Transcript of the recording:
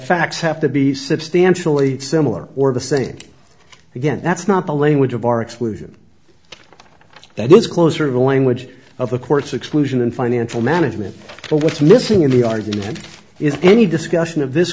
facts have to be substantially similar or the same again that's not the language of our exclusion that is closer to the language of the court's exclusion in financial management but what's missing in the argument is any discussion of this